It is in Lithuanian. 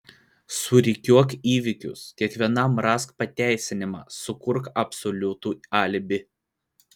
surikiuok įvykius kiekvienam rask pateisinimą sukurk absoliutų alibi